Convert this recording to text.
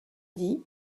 dit